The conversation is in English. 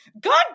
God